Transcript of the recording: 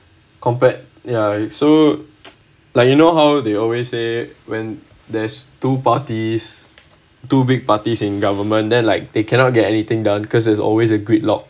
compared ya so like you know how they always say when there's two parties two big parties in government then like they cannot get anything done because there's always a gridlock